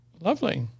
lovely